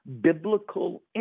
Biblical